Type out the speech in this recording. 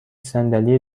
صندلی